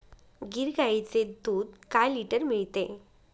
गीर गाईचे दूध काय लिटर मिळते?